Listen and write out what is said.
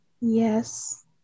Yes